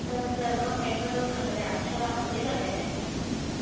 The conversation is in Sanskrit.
तत् सर्वं बेङ्गलोर् नगरे अक्षरमध्ये लभ्यते भगिनि